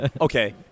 Okay